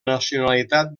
nacionalitat